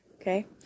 okay